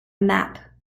map